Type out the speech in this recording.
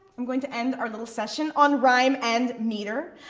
i'm going to end our little session on rhyme and meter.